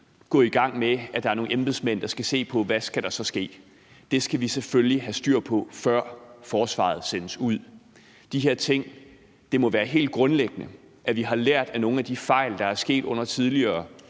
sige, at der er nogle embedsmænd, der skal se på, hvad der så skal ske. Det skal vi selvfølgelig have styr på, før forsvaret sendes ud. Det må være helt grundlæggende, at vi har lært af nogle af de fejl, der er sket under tidligere